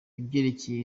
ibyerekeye